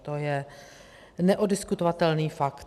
To je neoddiskutovatelný fakt.